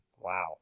wow